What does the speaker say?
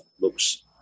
looks